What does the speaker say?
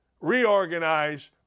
reorganize